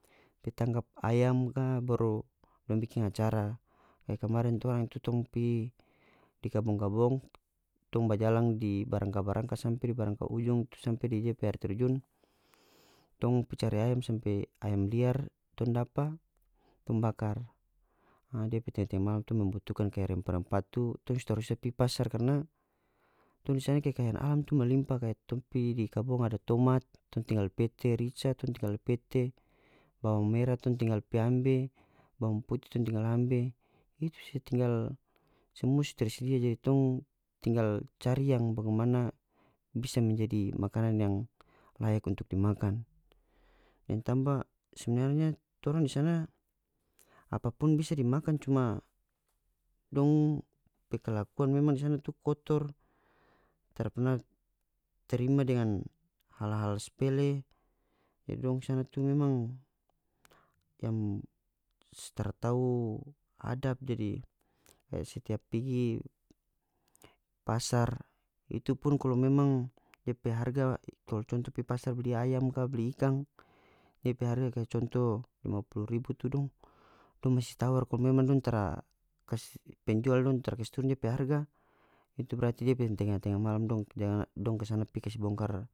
Dia tangkap ayam ka baru dong bikin acara kaya kemarin torang itu tong pi di kabong-kabong tong bajalang di barangka-barangka sampe di barangka ujung tu sampe di dia pe aer terjun tong pi cari ayam sampe ayam liar tong dapa tong bakar a depe tenga-tenga malam tong membutukan kaya rempa-rempa tu tong so tra usa pi pasar karna tong di sana kaya kekayaan alam tu melimpah kaya tong pi di kabong ada tomat tong tinggal pete rica tong tinggal pete bawang mera tong tinggal pi ambe bawang puti tong tinggal ambe itu saja tinggal samua so tersedia jadi tong tinggal cari yang bagimana bisa menjadi makanan yang layak untuk dimakan deng tamba sebenarnya torang di sana apapun bisa dimakan cuma dong pe kelakuan memang di sana tu kotor tara perna terima dengan hal-hal spele jadi dong di sana tu memang yang staratau adab jadi kaya setiap pigi pasar itu pun kalu memang depe harga kalau conto pi pasar beli ayam ka beli ikan depe harga kaya conto lima pulu ribu tu dong dong masi tawar kalu memang dong tara penjual dong tara kas turun dia pe harga itu berati depe tenga-tenga malam dong jang ngana dong kasana pi kas bongkar.